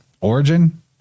origin